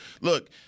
look